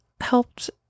helped